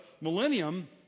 millennium